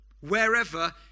wherever